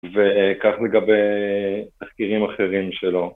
וכך לגבי תחקירים אחרים שלו.